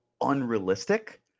unrealistic